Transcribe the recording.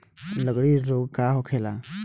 लगड़ी रोग का होखेला?